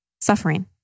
Suffering